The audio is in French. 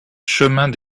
chemin